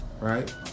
right